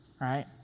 right